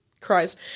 cries